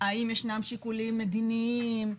האם ישנם שיקולים מדיניים,